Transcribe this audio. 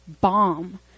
bomb